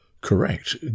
Correct